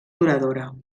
duradora